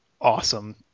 Awesome